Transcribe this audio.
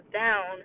down